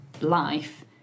life